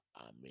Amen